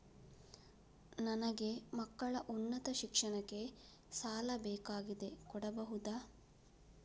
ನನಗೆ ಮಕ್ಕಳ ಉನ್ನತ ಶಿಕ್ಷಣಕ್ಕೆ ಸಾಲ ಬೇಕಾಗಿದೆ ಕೊಡಬಹುದ?